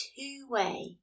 two-way